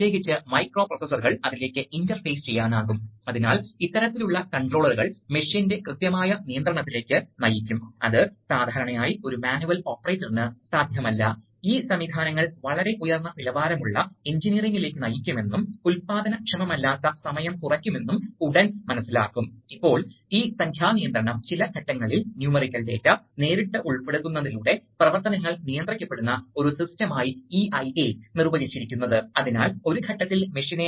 അതിനാൽ സ്ട്രോക്കിന്റെ അവസാനത്തിൽ വേഗത കുറയ്ക്കേണ്ടതുണ്ട് അതിനാൽ അടിസ്ഥാനപരമായി ഫ്ലോ കൺട്രോൾ വാൽവ് സിലിണ്ടർ വേഗത നിയന്ത്രിക്കുന്നതിന് ഉപയോഗിക്കുന്നു നിങ്ങൾക്കറിയാമോ നിങ്ങൾക്ക് ഈ ഫ്ലോ കൺട്രോൾ വാൽവ് ഇൻകമിംഗ് വായുവിന്റെ പാതയിലോ അല്ലെങ്കിൽ ഔട്ട്ഗോയിംഗിന്റെ സിലിണ്ടറിന്റെ മറ്റേ പകുതിയിൽ നിന്ന് പുറന്തള്ളുന്ന വായുവിന്റെ പാതയിലോ ശരി